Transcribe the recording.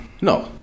No